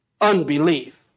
unbelief